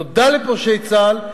תודה לפורשי צה"ל,